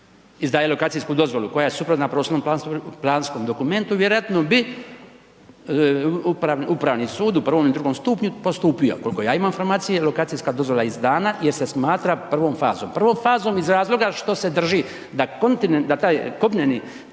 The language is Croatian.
izdaju lokacijsku dozvolu koja je suprotna prostorno planskom dokumentu, vjerojatno bi Upravni sud u prvom i drugom stupnju postupio, koliko ja imam informacije lokacijska dozvola je izdana jer se smatra prvom fazom, prvom fazom iz razloga što se drži da taj kopneni